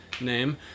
name